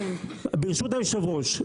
ברשות היושב-ראש,